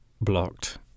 Blocked